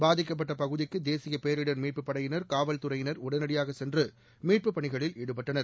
பாதிக்கப்பட்ட பகுதிக்கு தேசியபேரிடர் மீட்பு படையினர் காவல்துறையினர் உடனடியாக சென்று மீட்பு பணிகளில் ஈடுபட்டனர்